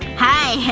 hi.